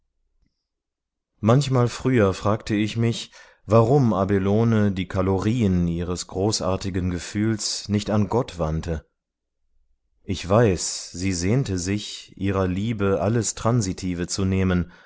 manchmal früher fragte ich mich warum abelone die kalorien ihres großartigen gefühls nicht an gott wandte ich weiß sie sehnte sich ihrer liebe alles transitive zu nehmen